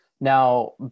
Now